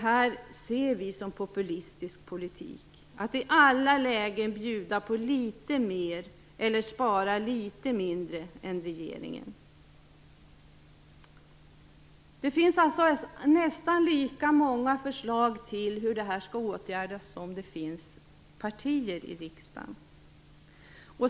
Vi ser det som populistisk politik att i alla lägen bjuda på litet mer eller spara litet mindre än regeringen. Det finns nästan lika många förslag till hur det här skall åtgärdas som det finns partier i riksdagen.